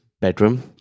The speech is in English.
bedroom